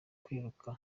kwiruka